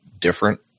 different